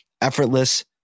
effortless